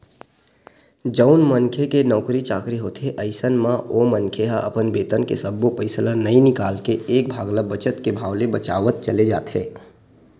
जउन मनखे के नउकरी चाकरी होथे अइसन म ओ मनखे ह अपन बेतन के सब्बो पइसा ल नइ निकाल के एक भाग ल बचत के भाव ले बचावत चले जाथे